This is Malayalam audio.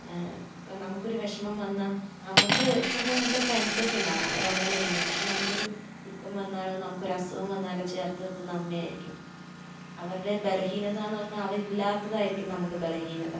ഇപ്പോൾ നമുക്കൊരു വിഷമം വന്നാൽ നമുക്ക് ചിലപ്പോൾ നല്ല ഫ്രണ്ട്സൊക്കെ ഉണ്ടാവും അങ്ങനെ ഇങ്ങനെ പക്ഷെ നമുക്കൊരു ദുഃഖം വന്നാലോ നമുക്കൊരു അസുഖം വന്നാലോ ചേർത്ത് നിർത്തുന്നത് അമ്മയായിരിക്കും അവരുടെ ബലഹീനതയെന്നു പറഞ്ഞാൽ അവരില്ലാത്തതായിരിക്കും നമുക്ക് ബലഹീനത